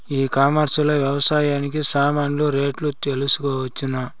ఈ కామర్స్ లో వ్యవసాయానికి సామాన్లు రేట్లు తెలుసుకోవచ్చునా?